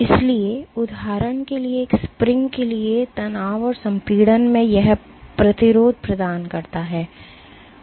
इसलिए उदाहरण के लिए एक स्प्रिंग के लिए तनाव और संपीड़न में यह प्रतिरोध प्रदान करता है